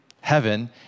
heaven